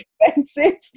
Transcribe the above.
expensive